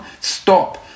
stop